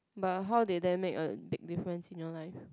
but how did that make a big difference in your life